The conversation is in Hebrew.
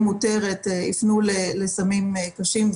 כמו שאמרתי קודם.